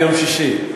ביום שישי.